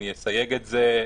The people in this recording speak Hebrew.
אני אסייג את זה,